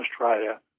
Australia